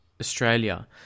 australia